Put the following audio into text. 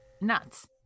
nuts